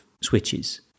switches